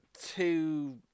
two